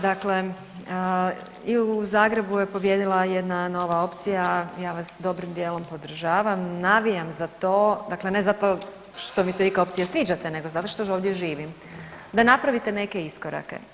Dakle i u Zagrebu je pobijedila jedna nova opcija, ja vas dobrim dijelom podržavam, navijam za to, dakle ne zato što mi se vi kao opcija sviđate nego zato što ovdje živim da napravite neke iskorake.